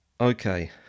Okay